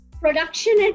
production